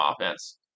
offense